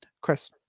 Chris